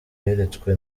yeretswe